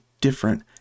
different